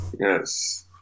Yes